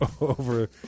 over